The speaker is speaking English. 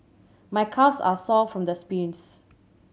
my calves are sore from the sprints